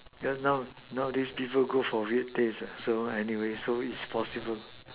cause now nowadays people go for weird taste so anyway its possible